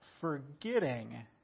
forgetting